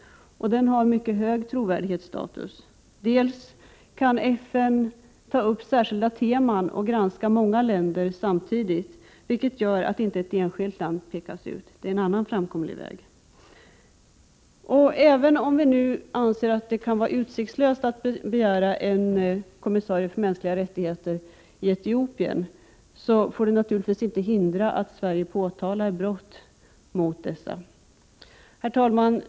Den har mycket hög trovärdighetsstatus. Dels kan FN ta upp enskilda teman och granska många länder samtidigt, vilket gör att inte ett enskilt land pekas ut. Det är en annan framkomlig väg. Även om vi nu anser att det kan vara utsiktslöst att begära en kommissarie för mänskliga rättigheter i Etiopien, får det naturligtvis inte hindra att Sverige påtalar brott mot dessa rättigheter. Herr talman!